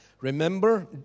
Remember